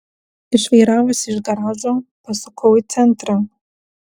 išvairavusi iš garažo pasukau į centrą